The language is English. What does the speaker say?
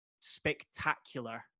spectacular